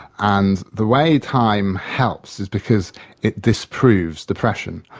and the way time helps is because it disproves depression.